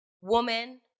woman